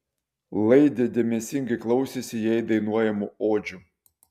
laidė dėmesingai klausėsi jai dainuojamų odžių